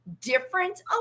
different